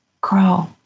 grow